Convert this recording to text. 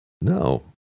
No